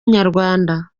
inyarwanda